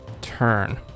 turn